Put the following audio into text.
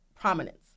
prominence